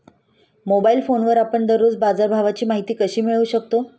Mobile फोनवर आपण दररोज बाजारभावाची माहिती कशी मिळवू शकतो?